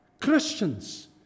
Christians